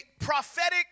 prophetic